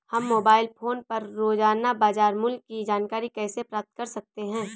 हम mobile phone पर रोजाना बाजार मूल्य की जानकारी कैसे प्राप्त कर सकते हैं?